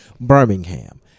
Birmingham